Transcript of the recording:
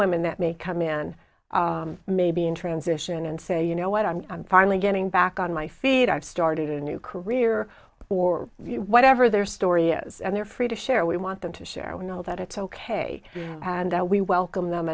women that may come in maybe in transition and say you know what i'm finally getting back on my feet i've started a new career or whatever their story is and they're free to share we want them to share we know that it's ok and that we welcome them